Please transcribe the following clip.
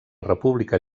república